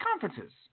conferences